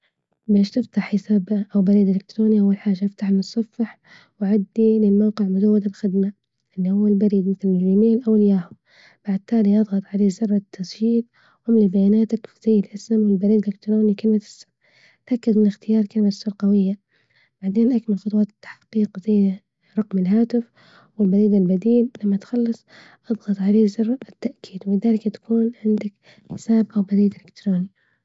باش تفتح حساب أو بريد إلكتروني أول حاجة افتح المتصفح وعد من موقع مزود الخدم، اللي هو البريد مثل الجي ميل أو الياهو، بعد تالي اضغط على زر التسجيل واملي بياناتك باختيار الاسم والبريد الإلكتروني وكلمة السر، اتأكد من إختيار كلمة سر قوية بعدين أكل خطوات التحقيق زي رقم الهاتف والبريد البديل، لما تخلص اضغط على زر التأكيد وبذلك تكون عندك حساب أو بريد إلكتروني.